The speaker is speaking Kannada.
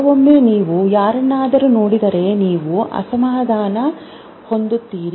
ಕೆಲವೊಮ್ಮೆ ನೀವು ಯಾರನ್ನಾದರೂ ನೋಡಿದರೆ ನೀವು ಅಸಮಾಧಾನಗೊಳ್ಳುತ್ತೀರಿ